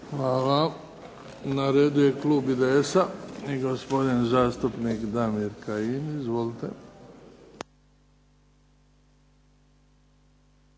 Hvala. Na redu je Klub IDS-a i gospodin zastupnik Damir Kajin. Izvolite.